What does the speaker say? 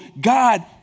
God